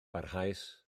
barhaus